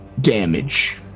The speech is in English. damage